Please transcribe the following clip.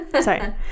Sorry